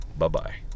Bye-bye